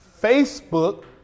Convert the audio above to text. Facebook